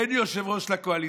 אין יושב-ראש לקואליציה.